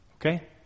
Okay